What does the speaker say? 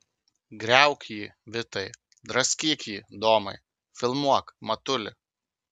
griauk jį vitai draskyk jį domai filmuok matuli